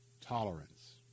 tolerance